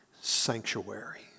sanctuary